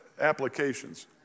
applications